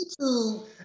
YouTube